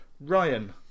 Ryan